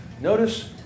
Notice